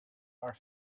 are